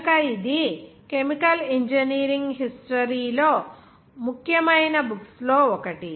కనుక ఇది chemical engineering history లో ముఖ్యమైన బుక్స్ లో ఒకటి